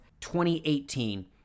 2018